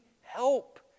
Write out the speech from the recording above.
help